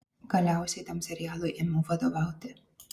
galiausiai tam serialui ėmiau vadovauti